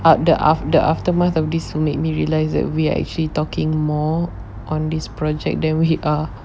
up the af~ the aftermath of this will made me realise that we're actually talking more on this project than we are